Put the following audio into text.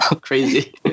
Crazy